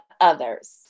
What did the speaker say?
others